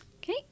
Okay